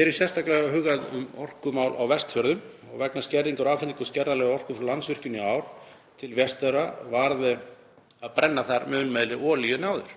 Mér er sérstaklega umhugað um orkumál á Vestfjörðum. Vegna skerðingar og afhendingar skerðanlegrar orku frá Landsvirkjun í ár til Vestfjarða varð að brenna þar mun meiri olíu en áður,